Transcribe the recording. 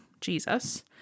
Jesus